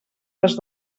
les